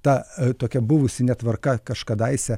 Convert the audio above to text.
ta tokia buvusi netvarka kažkadaise